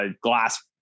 glass